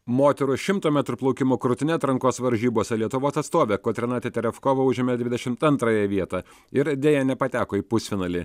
moterų šimto metrų plaukimo krūtine atrankos varžybose lietuvos atstovė kotryna teterevkova kovą užėmė dvidešim antrąją vietą ir deja nepateko į pusfinalį